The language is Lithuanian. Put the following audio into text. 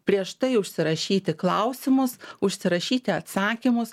prieš tai užsirašyti klausimus užsirašyti atsakymus